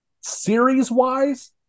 series-wise